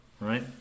right